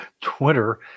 Twitter